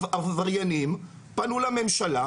עבריינים פנו לממשלה,